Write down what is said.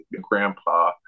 grandpa